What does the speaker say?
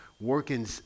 working